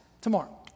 tomorrow